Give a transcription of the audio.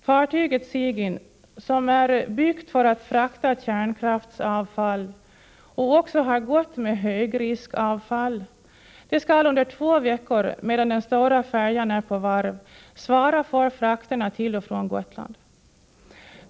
Fartyget Sigyn, som är byggt för att frakta kärnkraftsavfall och också har gått med högriskavfall skall under två veckor, medan den stora färjan är på varv, svara för frakterna till och från Gotland.